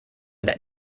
that